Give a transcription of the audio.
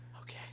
Okay